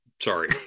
Sorry